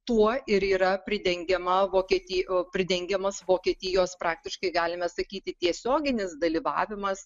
tuo ir yra pridengiama vokietij o pridengiamas vokietijos praktiškai galime sakyti tiesioginis dalyvavimas